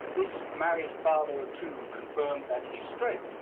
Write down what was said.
this married father of two confirmed that he's straight.